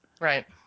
Right